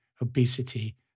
obesity